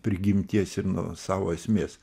prigimties ir nuo savo esmės